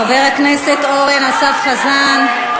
חבר הכנסת אורן אסף חזן.